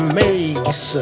makes